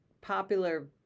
popular